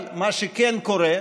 אבל מה שכן קורה,